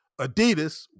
Adidas